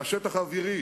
שהשטח האווירי